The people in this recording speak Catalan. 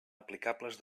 aplicables